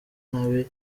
nabi